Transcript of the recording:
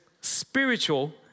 spiritual